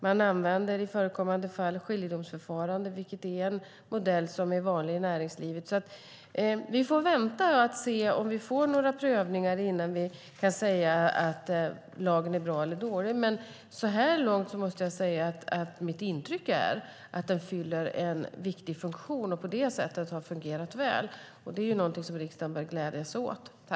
Man använder i förekommande fall skiljedomsförfarande, vilket är en modell som är vanlig i näringslivet. Vi får vänta och se om vi får några prövningar innan vi kan säga att lagen är bra eller dålig. Men så här långt måste jag säga att mitt intryck är att den fyller en viktig funktion och på det sättet har fungerat väl. Det är något som riksdagen bör glädja sig åt.